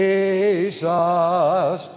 Jesus